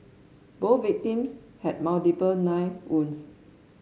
both victims had multiple knife wounds